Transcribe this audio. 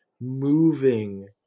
moving